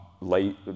late